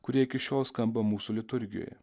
kurie iki šiol skamba mūsų liturgijoje